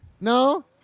No